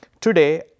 Today